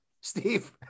Steve